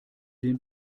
den